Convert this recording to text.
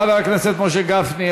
חבר הכנסת משה גפני,